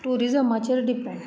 ट्युरीझमाचेर depend